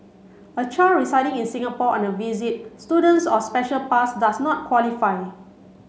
a child residing in Singapore on a visit student's or special pass does not qualify